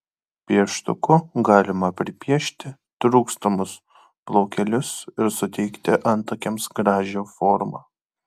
pieštuku galima pripiešti trūkstamus plaukelius ir suteikti antakiams gražią formą